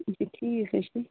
اَچھا ٹھیٖک حظ چھُے